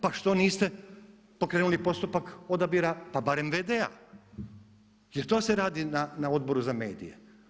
Pa što niste pokrenuli postupak odabira pa barem v.d.-a jer to se radi na Odboru za medije.